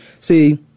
See